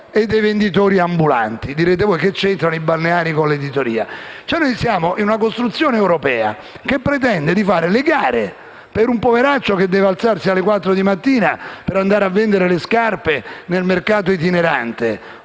e dei venditori ambulanti. Direte voi: che c'entrano i balneari con l'editoria? Siamo in una costruzione europea che pretende di fare le gare per un poveraccio che deve alzarsi alle 4 di mattina per vendere le scarpe nel mercato itinerante